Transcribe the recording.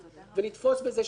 ולתפוס בזה שליטה.